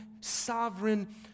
sovereign